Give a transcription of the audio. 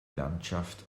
landschaft